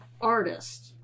artist